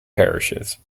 parishes